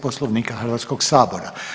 Poslovnika Hrvatskog sabora.